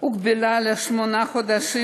הוגבלה לשמונה חדשים,